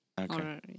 Okay